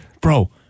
Bro